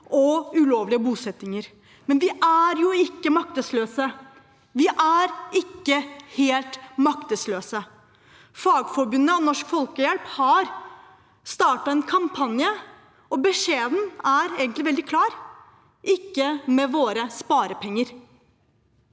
og ulovlige bosettinger, men vi er jo ikke maktesløse. Vi er ikke helt maktesløse. Fagforbundet og Norsk Folkehjelp har startet en kampanje, og beskjeden er egentlig veldig klar: «ikke med våre sparepenger».